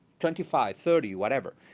twenty five, thirty, whatever.